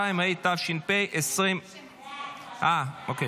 22), התשפ"ה 2024. על פי